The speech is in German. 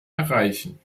erreichen